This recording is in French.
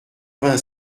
vingt